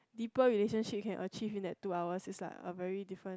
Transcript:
deeper relationship you can achieve in that two hours is like a very different